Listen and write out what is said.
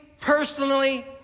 personally